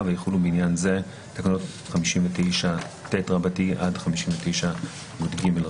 ויחולו בעניין זה תקנות 59ט עד 59יג".